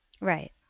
Right